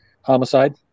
Homicide